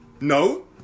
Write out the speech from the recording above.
No